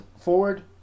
forward